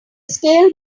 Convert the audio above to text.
scale